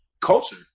culture